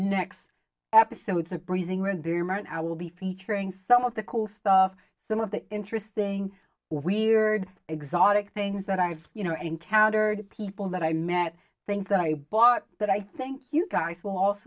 next episodes of breezing ranbir and i will be featuring some of the cool stuff some of the interesting we're exotic things that i've you know encountered people that i met things that i bought that i think you guys will also